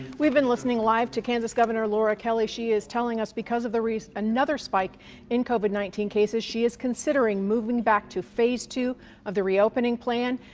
we've been listening live to kansas governor laura kelly. she is telling us because of the res another spike in covid nineteen cases. she is considering moving back to phase two of the reopening plan.